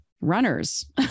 runners